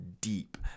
deep